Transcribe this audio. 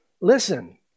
Listen